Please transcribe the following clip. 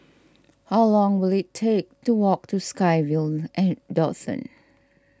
how long will it take to walk to SkyVille at Dawson